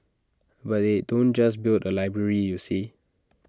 but they don't just build A library you see